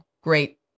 great